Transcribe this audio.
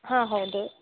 ಹಾಂ ಹೌದು